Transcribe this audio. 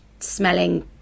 Smelling